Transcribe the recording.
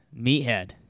Meathead